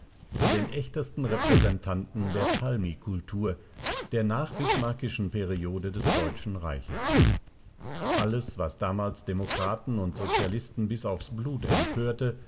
zu den echtesten repräsentanten der talmikultur der nachbismarckischen periode des deutschen reiches alles was damals demokraten und sozialisten bis aufs blut empörte